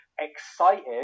excited